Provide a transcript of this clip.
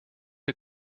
est